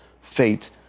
fate